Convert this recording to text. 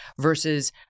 versus